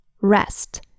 rest